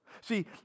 See